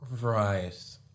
Right